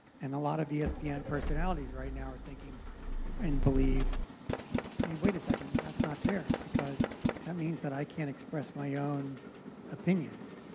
and a lot of yeah espn personalities right now are thinking and believe hey, wait a second. that's not fair because that means that i can't express my own opinions.